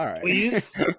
please